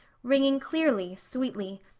ringing clearly, sweetly,